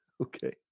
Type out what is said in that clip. Okay